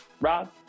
Rob